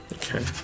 Okay